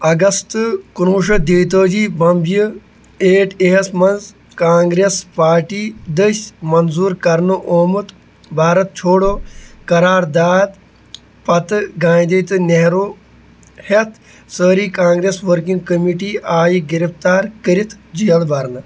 اگست کُنوُہ شیٚتھ دے تٲجی بمبیہِ ایٹ اے یس منٛز کانگریس پارٹی دٔسۍ منظوٗر کرنہٕ آمُت بھارت چھوڑو قرارداد پتہٕ گاندھی تہٕ نہرو ہیٚتھ سٲری کانگریس ورکنگ کمیٹی آیہِ گِرفتار کٔرِتھ جیل برنہٕ